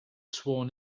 sworn